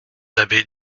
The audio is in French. avez